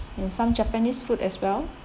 and some japanese food as well